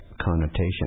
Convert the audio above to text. connotation